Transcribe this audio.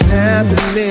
happening